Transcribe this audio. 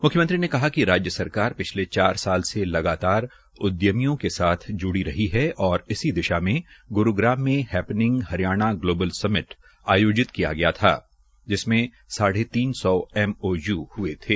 मुख्यमंत्री ने कहा कि राज्य सरकार पिछले चार साल से लगातार उद्यमियों के साथ जुड़ी रही है और इसी दिशा में ग्रूग्राम में हैपनिंग हरियाणा ग्लोबल समिट आयोजित किया था जिसमें साढे तीन सौ एमओयू ह्ये थे